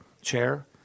chair